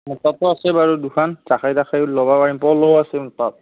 মোৰ তাতো আছেই বাৰু দুখন জাকেই তাকেয়ো ল'ব পাৰিম প'ল'ও আছেই মোৰ তাত